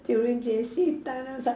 during J_C time then I was like